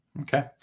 Okay